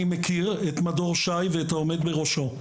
מכיר את מדור ש"י ואת העומד בראשו,